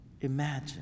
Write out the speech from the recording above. imagine